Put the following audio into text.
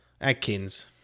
Adkins